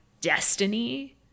destiny